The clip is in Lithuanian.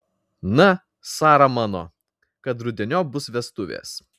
na sara mano kad rudeniop bus vestuvės